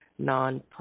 nonprofit